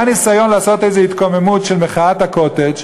היה ניסיון לעשות איזה התקוממות, של מחאת הקוטג',